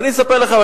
ואני אספר לכם,